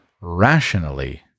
rationally